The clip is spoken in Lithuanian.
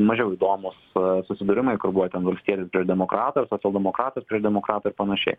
mažiau įdomūs susidūrimai kur buvo ten valstietis prieš demokratą ir socialdemokratas prieš demokratą ir panašiai